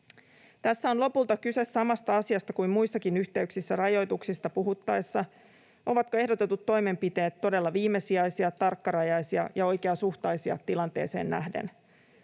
Tässä on lopulta kyse samasta asiasta kuin muissakin yhteyksissä rajoituksista puhuttaessa: ovatko ehdotetut toimenpiteet todella viimesijaisia, tarkkarajaisia ja oikeasuhtaisia tilanteeseen nähden.